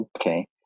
Okay